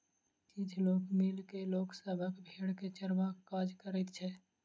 किछ लोक मिल के लोक सभक भेंड़ के चरयबाक काज करैत छै